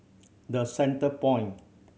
The Centrepoint